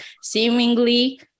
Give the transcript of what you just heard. seemingly